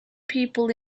people